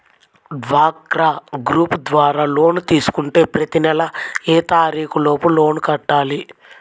డ్వాక్రా గ్రూప్ ద్వారా లోన్ తీసుకుంటే ప్రతి నెల ఏ తారీకు లోపు లోన్ కట్టాలి?